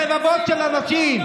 רבבות של אנשים.